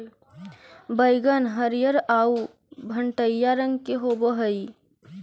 बइगन हरियर आउ भँटईआ रंग के होब हई